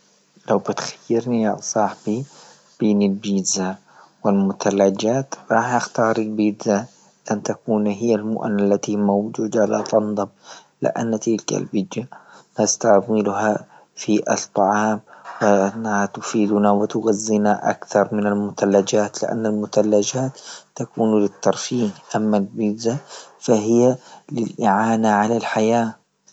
لو بتخيرني يا صاحبي بين بتزا والمثلجات راح أختار البيتزا أن تكون هي المؤن التي موجودة لا تنضب، لان تلك بتجا نستعملها في الطعام أنها تفيدنا وتغزينا أكثر من المثلجات، لأن ثلاجة تكون للترفيه أما البيتزا فهي للإعانة على الحياة.